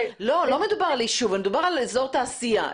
לא מדובר על יישוב, מדובר על אזור תעשייה.